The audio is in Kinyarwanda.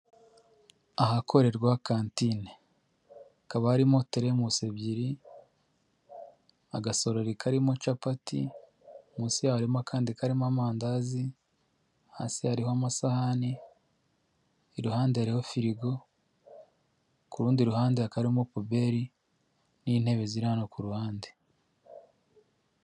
Ahakorerwa kantine, hakaba harimo teremusi ebyiri, agasorori karimo capati, munsi harimo akandi karimo amandazi, hasi hariho amasahani, iruhande hariho firigo, ku rundi ruhande hakaba harimo puberi n'intebe ziranga hano ku ruhande.